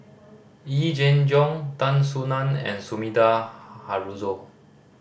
Yee Jenn Jong Tan Soo Nan and Sumida Haruzo